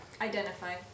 Identify